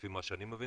לפי מה שאני מבין.